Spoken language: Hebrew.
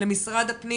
למשרד הפנים,